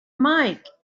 mike